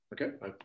Okay